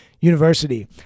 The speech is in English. University